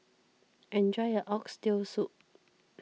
enjoy your Oxtail Soup